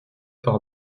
par